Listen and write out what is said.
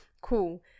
cool